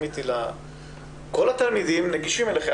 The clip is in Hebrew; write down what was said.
כל התלמידים נגישים אליכם.